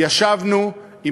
ישבנו עם